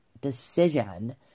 decision